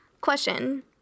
question